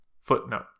Footnote